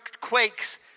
quakes